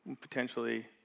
potentially